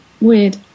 weird